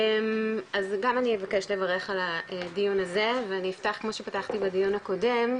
אז גם אני אבקש לברך על הדיון הזה ואני אפתח כמו שפתחתי בדיון הקודם,